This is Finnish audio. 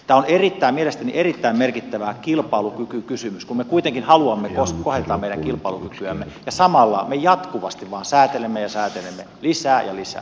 tämä on mielestäni erittäin merkittävä kilpailukykykysymys kun me kuitenkin haluamme kohentaa meidän kilpailukykyämme ja samalla me jatkuvasti vaan säätelemme ja säätelemme lisää ja lisää